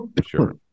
Sure